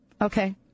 Okay